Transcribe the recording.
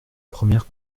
première